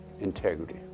Integrity